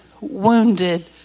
wounded